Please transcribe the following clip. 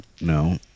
no